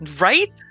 Right